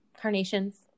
carnations